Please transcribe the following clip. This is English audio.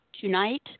tonight